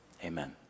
Amen